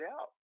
out